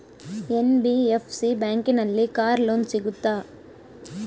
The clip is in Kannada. ಎನ್.ಬಿ.ಎಫ್.ಸಿ ಬ್ಯಾಂಕಿನಲ್ಲಿ ಕಾರ್ ಲೋನ್ ಸಿಗುತ್ತಾ?